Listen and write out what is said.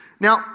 Now